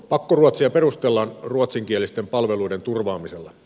pakkoruotsia perustellaan ruotsinkielisten palveluiden turvaamisella